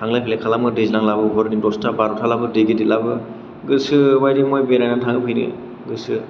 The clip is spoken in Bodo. थांलाइ फैलाइ खालामनो दैज्लांबाबो हरनि दस्था बार'थाब्लाबो दै गिदिरबाबो गोसो बायदि बेरायनानै थांनो फैनो गोसो